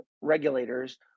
regulators